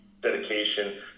dedication